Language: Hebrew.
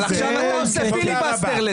--- עכשיו אתה עושה לזה פיליבסטר.